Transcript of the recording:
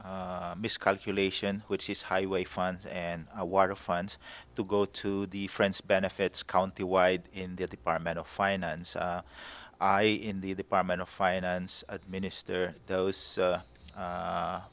those miscalculation which is highway funds and water funds to go to the friends benefits county wide in the department of finance i in the department of finance minister those